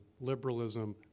liberalism